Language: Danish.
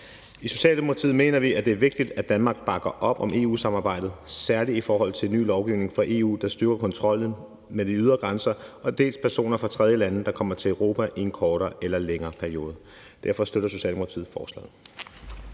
I Socialdemokratiet mener vi, at det er vigtigt, at Danmark bakker op om EU-samarbejdet, særlig i forhold til ny lovgivning fra EU, der styrker kontrollen med de ydre grænser og personer fra tredjelande, der kommer til Europa i en kortere eller længere periode. Derfor støtter Socialdemokratiet forslaget.